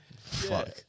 Fuck